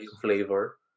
flavor